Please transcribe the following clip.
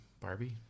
barbie